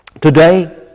today